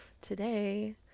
today